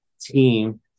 team